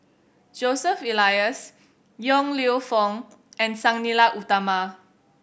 Joseph Elias Yong Lew Foong and Sang Nila Utama